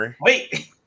wait